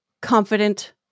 confident